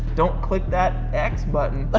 don't click that x button ah